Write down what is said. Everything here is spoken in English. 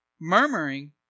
murmuring